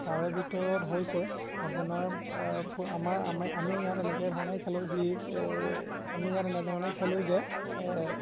তাৰে ভিতৰত হৈছে আপোনাৰ আমাৰ আমি আমি ইয়াত এনেকৈ ধৰণে খেলোঁ যি আমি ইয়াত এনেধৰণে খেলোঁ যে